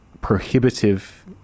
prohibitive